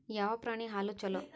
ಯಾವ ಪ್ರಾಣಿ ಹಾಲು ಛಲೋ?